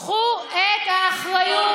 תיקחו את האחריות,